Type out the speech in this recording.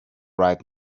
right